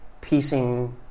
piecing